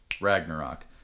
Ragnarok